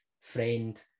friend